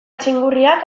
txingurriak